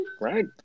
right